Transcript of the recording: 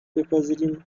بپذیریم